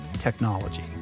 technology